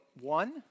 one